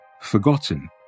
forgotten